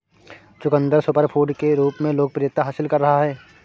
चुकंदर सुपरफूड के रूप में लोकप्रियता हासिल कर रहा है